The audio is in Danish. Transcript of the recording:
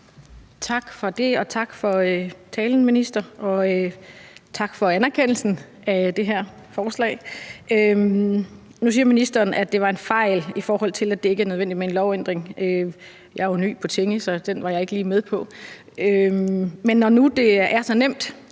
Tak for det, og tak for talen, minister, og tak for anerkendelsen af det her forslag. Nu siger ministeren, at det var en fejl, i forhold til at det ikke er nødvendigt med en lovændring. Jeg er jo ny på Tinge, så den var jeg ikke lige med på. Men når nu det er så nemt,